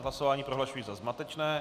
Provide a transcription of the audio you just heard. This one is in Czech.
Hlasování prohlašuji za zmatečné.